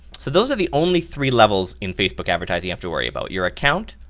so those are the only three levels in facebook advertising you have to worry about. your account,